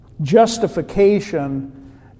justification